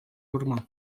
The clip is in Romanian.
urma